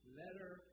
letter